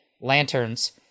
lanterns